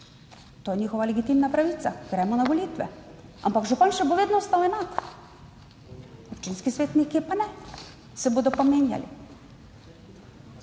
To je njihova legitimna pravica, gremo na volitve. Ampak župan še bo vedno ostal enak, občinski svetniki pa ne, se bodo pa menjali.